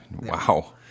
Wow